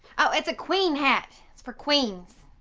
oh it's a queen hat. it's for queens.